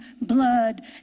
blood